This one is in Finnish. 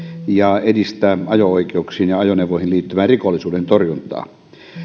ja edistää ajo oikeuksiin ja ajoneuvoihin liittyvää rikollisuuden torjuntaa